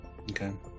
Okay